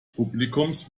publikums